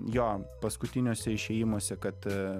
jo paskutiniuose išėjimuose kad